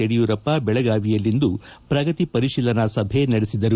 ಯಡಿಯೂರಪ್ಪ ಬೆಳಗಾವಿಯಲ್ಲಿಂದು ಪ್ರಗತಿ ಪರಿಶೀಲನೆ ಸಭೆ ನಡೆಸಿದರು